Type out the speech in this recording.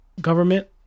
government